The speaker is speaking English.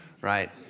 right